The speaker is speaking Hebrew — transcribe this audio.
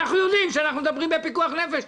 אנחנו יודעים שאנחנו מדברים בפיקוח נפש.